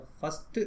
first